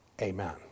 amen